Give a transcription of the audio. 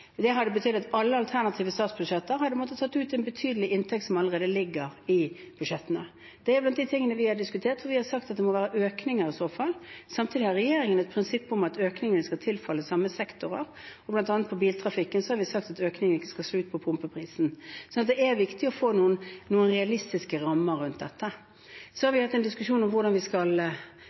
Det hadde betydd at alle alternative statsbudsjetter hadde måttet tatt ut en betydelig inntekt som allerede ligger i budsjettene. Det er blant de tingene vi har diskutert, og vi har sagt at det i så fall må være økninger. Samtidig har regjeringen et prinsipp om at økningene skal tilfalle de samme sektorene, og vi har bl.a. sagt at for biltrafikken skal økningen ikke slå ut på pumpeprisen. Så det er viktig å få noen realistiske rammer rundt dette. Vi har hatt en diskusjon om hvordan vi skal